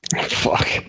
Fuck